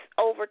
over